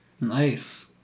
Nice